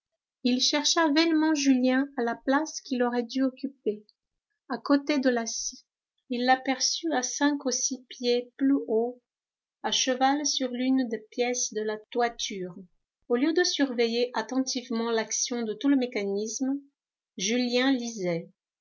il chercha vainement julien à la place qu'il aurait dû occuper à côté de la scie il l'aperçut à cinq ou six pieds plus haut à cheval sur l'une des pièces de la toiture au lieu de surveiller attentivement l'action de tout le mécanisme julien lisait